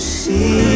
see